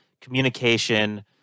communication